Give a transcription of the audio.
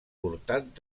portat